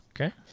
Okay